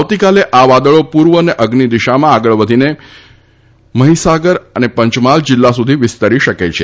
આવતીકાલે આ વાદળો પૂર્વ અને અઝ્નિ દિશામાં આગળ ખસીને મહીસાગર અને પંચમહાલ જિલ્લા સુધી વિસ્તરી શકે છે